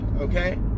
okay